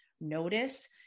Notice